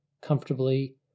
comfortably